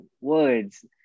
Woods